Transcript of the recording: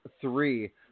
three